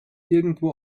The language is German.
irgendwo